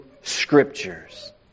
scriptures